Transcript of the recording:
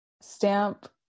stamp